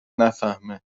نفهمه